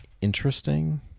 interesting